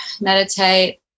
meditate